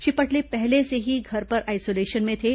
श्री पटले पहले से ही घर पर आइसोलेशन में थे